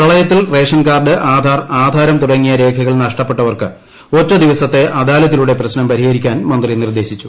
പ്രളയത്തിൽ റേഷൻകാർഡ് ആധാർ ആധാരം തുടങ്ങിയ രേഖകൾ നഷ്ടപ്പെട്ടവർക്ക് ഒറ്റ ദിവസത്തെ അദാലത്തിലൂടെ പ്രശ്നം പരിഹരിക്കാൻ മന്ത്രി നിർദ്ദേശിച്ചു